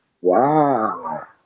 Wow